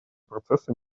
процесса